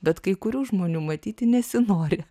bet kai kurių žmonių matyti nesinori